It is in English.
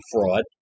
fraud